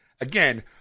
again